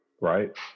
Right